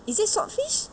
is it swordfish